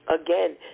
Again